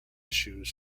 issues